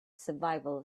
survival